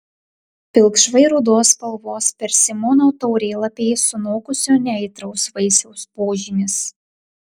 pilkšvai rudos spalvos persimono taurėlapiai sunokusio neaitraus vaisiaus požymis